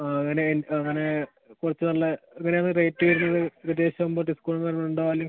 ആ അങ്ങനെ അങ്ങനെ കുറച്ച് നല്ലത് എങ്ങനെയാണ് റേറ്റ് വരുന്നത് ഏകദേശം ഡിസ്കൗണ്ട് വരുന്നുണ്ടാകൽ